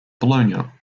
bologna